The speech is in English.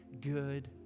good